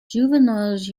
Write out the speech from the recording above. juveniles